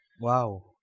Wow